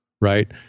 right